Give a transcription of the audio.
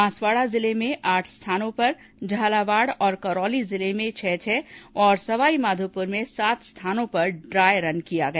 बांसवाड़ा जिले में आठ स्थानों झालावाड़ और करौली जिले में छह और सवाई माधोपुर में सात स्थानों पर ड्राय रन किया गया